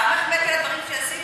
גם החמאתי על הדברים שעשית,